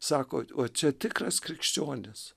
sako o čia tikras krikščionis